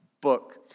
book